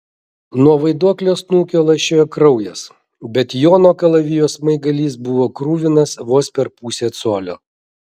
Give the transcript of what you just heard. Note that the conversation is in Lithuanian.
nuo vaiduoklio snukio lašėjo kraujas bet jono kalavijo smaigalys buvo kruvinas vos per pusę colio